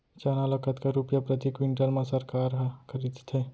चना ल कतका रुपिया प्रति क्विंटल म सरकार ह खरीदथे?